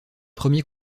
premier